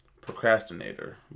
procrastinator